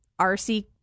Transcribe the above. rc